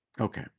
Okay